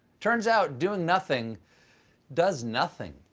turns out doing nothing does nothing.